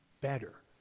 better